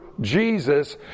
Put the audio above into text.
Jesus